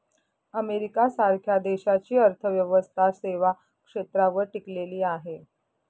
America सारख्या देशाची अर्थव्यवस्था सेवा क्षेत्रावर टिकलेली आहे